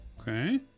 Okay